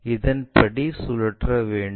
இதன்படி சுழற்ற வேண்டும்